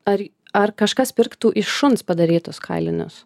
ar ar kažkas pirktų iš šuns padarytus kailinius